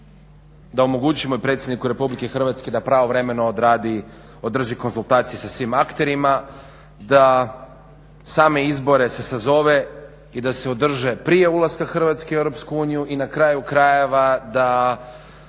da omogućimo i predsjedniku RH da pravovremeno odradi, održi konzultacije sa svim akterima, da same izbore sazove i da se održe prije ulaska Hrvatske u EU i na kraju krajeva da